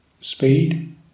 speed